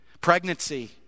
pregnancy